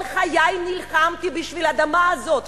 כל חיי נלחמתי בשביל האדמה הזאת,